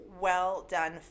well-done